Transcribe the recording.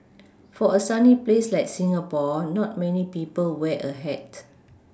for a sunny place like Singapore not many people wear a hat